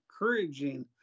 encouraging